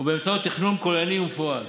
ובאמצעות תכנון כוללני ומפורט.